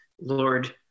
Lord